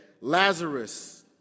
Lazarus